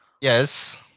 Yes